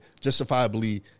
justifiably